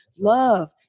love